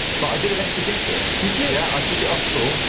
but i did eventually get it. did you? yeah, i took it off paul.